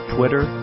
Twitter